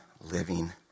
living